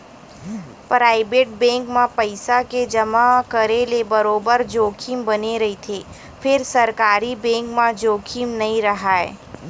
private bank म पइसा के जमा करे ले बरोबर जोखिम बने रहिथे फेर सरकारी बेंक म जोखिम नइ राहय